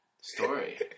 Story